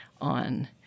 on